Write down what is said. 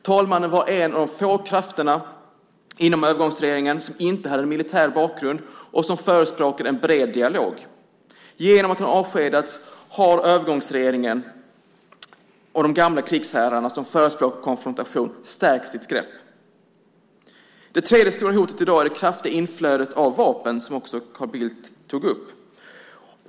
Talmannen var en av de få krafter inom övergångsregeringen som inte hade militär bakgrund och som förespråkade en bred dialog. Genom att han avskedats har övergångsregeringen och de gamla krigsherrarna, som förespråkar konfrontation, stärkt sitt grepp. Det tredje stora hotet i dag är det kraftiga inflödet av vapen, som också Carl Bildt tog upp.